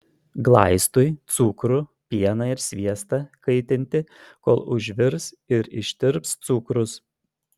glaistui cukrų pieną ir sviestą kaitinti kol užvirs ir ištirps cukrus